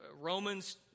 Romans